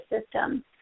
system